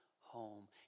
home